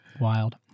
Wild